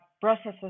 processes